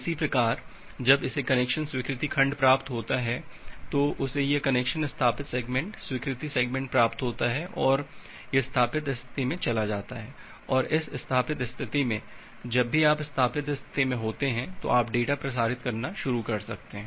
इसी प्रकार क्लाइंट जब इसे कनेक्शन स्वीकृत खंड प्राप्त होता है तो उसे यह कनेक्शन स्थापित सेगमेंट स्वीकृत सेगमेंट प्राप्त होता है और यह स्थापित स्थिति में चला जाता है और इस स्थापित स्थिति में जब भी आप स्थापित स्थिति में होते हैं तो आप डेटा प्रसारित करना शुरू कर सकते हैं